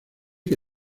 que